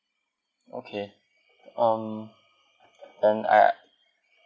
okay um then I